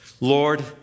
Lord